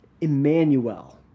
Emmanuel